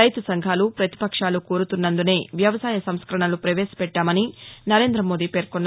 రైతు సంఘాలు ప్రతిపక్షాలు కోరుతున్నందునే వ్యవసాయ సంస్కరణలను ప్రవేశపెట్లామని నరేంద్రమోదీ పేర్కొన్నారు